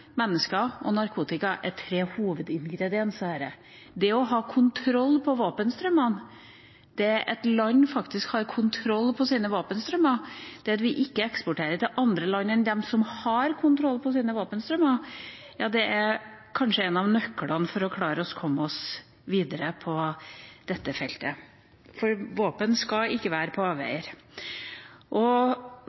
mennesker og narkotika er tre hovedingredienser. Det å ha kontroll på våpenstrømmene, det at land faktisk har kontroll på sine våpenstrømmer, og det at vi ikke eksporterer til andre land enn til dem som har kontroll på sine våpenstrømmer, er kanskje en av nøklene til å klare å komme seg videre på dette feltet – for våpen skal ikke være på avveier.